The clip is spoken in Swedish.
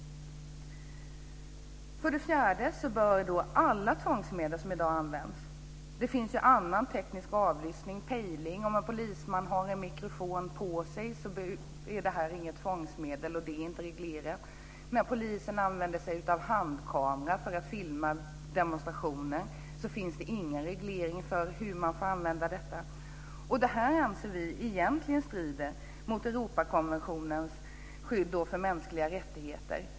För det fjärde anser vi följande om alla tvångsmedel som i dag används. Det finns annan teknisk avlyssning, t.ex. pejling. En polisman med mikrofon på sig är inte tvångsmedel och därmed inte reglerat. Det finns ingen reglering för när polisen använder sig av handkamera för att filma demonstrationer. Det anser vi strider mot Europakonventionens skydd för mänskliga rättigheter.